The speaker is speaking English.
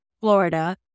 Florida